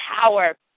power